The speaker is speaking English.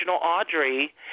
Audrey